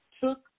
Took